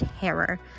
terror